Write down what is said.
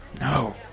No